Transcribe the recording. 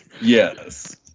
Yes